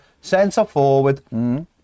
centre-forward